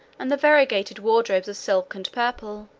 and the variegated wardrobes of silk and purple,